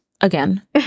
again